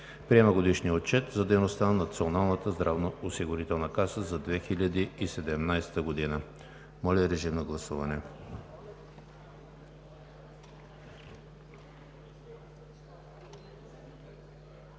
Приема Годишния отчет за дейността на Националната здравноосигурителна каса за 2017 г.“ Моля, режим на гласуване.